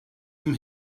ihm